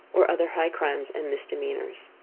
or other high crimes and misdemeanors.